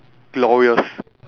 glorious